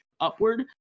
upward